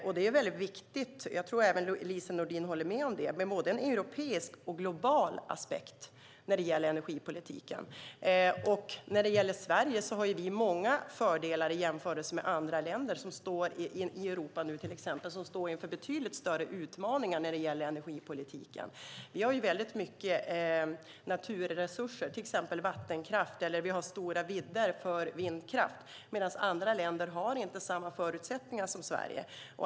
Jag tror att Lise Nordin håller med om att det är viktigt med både en europeisk och en global aspekt när det gäller energipolitiken. Sverige har många fördelar jämfört med andra länder i Europa som nu står inför betydligt större utmaningar när det gäller energipolitiken. Vi har mycket naturresurser, som till exempel vattenkraft, och vi har stora vidder för vindkraft. Andra länder har inte samma förutsättningar som Sverige.